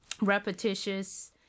repetitious